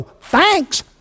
thanks